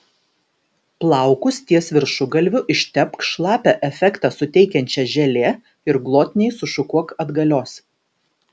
plaukus ties viršugalviu ištepk šlapią efektą suteikiančia želė ir glotniai sušukuok atgalios